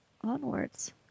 onwards